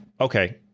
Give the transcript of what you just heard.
Okay